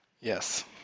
yes